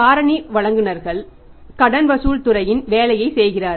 காரணி வழங்குநர்கள் கடன் வசூல் துறையின் வேலையை செய்கிறார்கள்